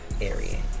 Area